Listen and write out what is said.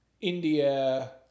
India